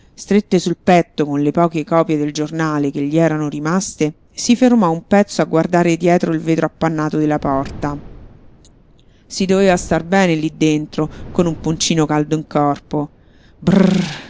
strette sul petto con le poche copie del giornale che gli erano rimaste si fermò un pezzo a guardare dietro il vetro appannato della porta si doveva star bene lí dentro con un poncino caldo in corpo